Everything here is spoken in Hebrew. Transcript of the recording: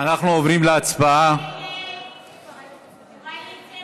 דיברתי עם פרקליט המדינה וביקשתי